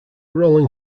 rolling